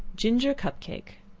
ginger cup-cake.